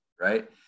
right